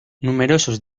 numerosos